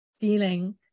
feeling